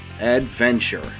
Adventure